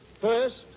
First